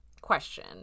question